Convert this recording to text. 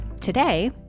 Today